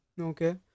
Okay